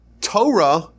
Torah